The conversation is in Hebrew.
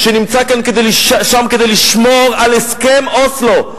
שנמצא שם כדי לשמור על הסכם אוסלו.